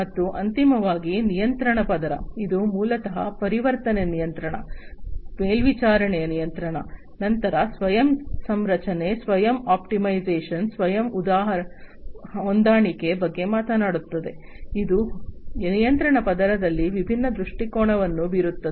ಮತ್ತು ಅಂತಿಮವಾಗಿ ನಿಯಂತ್ರಣ ಪದರ ಇದು ಮೂಲತಃ ವರ್ತನೆ ನಿಯಂತ್ರಣ ಮೇಲ್ವಿಚಾರಣೆಯ ನಿಯಂತ್ರಣ ನಂತರ ಸ್ವಯಂ ಸಂರಚನೆ ಸ್ವಯಂ ಆಪ್ಟಿಮೈಸೇಶನ್ ಸ್ವಯಂ ಹೊಂದಾಣಿಕೆ ಬಗ್ಗೆ ಮಾತನಾಡುತ್ತದೆ ಇದು ನಿಯಂತ್ರಣ ಪದರದಲ್ಲಿ ವಿಭಿನ್ನ ದೃಷ್ಟಿಕೋನಗಳಲ್ಲಿ ಭಿನ್ನವಾಗಿರುತ್ತದೆ